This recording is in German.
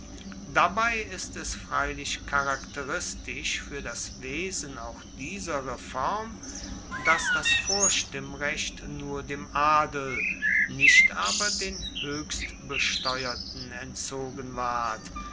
dabei ist es freilich charakteristisch fuer das wesen auch dieser reform dass das vorstimmrecht nur dem adel nicht aber den hoechstbesteuerten entzogen ward